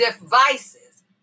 devices